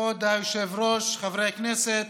כבוד היושב-ראש, חברי הכנסת,